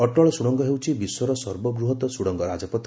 ଅଟଳ ସୁଡ଼ଙ୍ଗ ହେଉଛି ବିଶ୍ୱର ସର୍ବବୃହତ ସୁଡ଼ଙ୍ଗ ରାଜପଥ